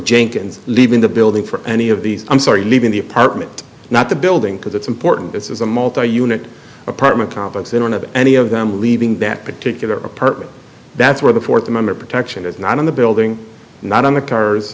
jenkins leaving the building for any of these i'm sorry leaving the apartment not the building because it's important this is a multi unit apartment complex in one of any of them leaving that particular apartment that's where the fourth amendment protection is not in the building not on the cars